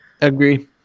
agree